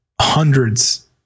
hundreds